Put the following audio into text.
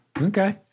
Okay